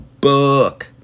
book